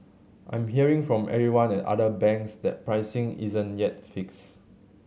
I'm hearing from everyone at other banks that pricing isn't yet fixed